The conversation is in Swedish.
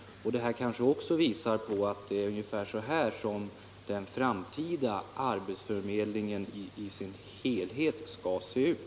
Det kanske också visar att det är ungefär så här som den framtida arbetsförmedlingen i sin helhet skall se ut.